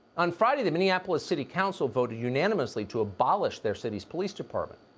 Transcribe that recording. on friday, the minneapolis city council voted unanimously to abolish their city's police department.